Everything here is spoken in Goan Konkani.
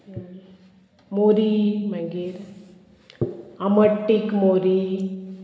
मोरी मागीर आमट टीक मोरी